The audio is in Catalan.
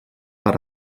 per